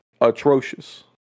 atrocious